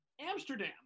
Amsterdam